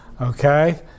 Okay